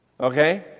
Okay